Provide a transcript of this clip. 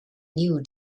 new